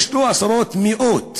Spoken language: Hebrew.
יש לא עשרות, מאות